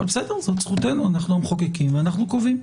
אבל זאת זכותנו אנחנו המחוקקים ואנחנו קובעים.